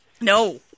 No